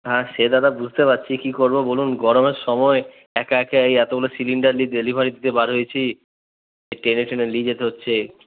হ্যাঁ সে দাদা বুঝতে পারছি কি করব বলুন গরমের সময় একা একা এই এতগুলো সিলিন্ডার নিয়ে ডেলিভারি দিতে বার হয়েছি টেনে টেনে লিয়ে যেতে হচ্ছে